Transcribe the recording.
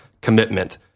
commitment